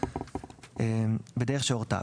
בדרך שהורתה,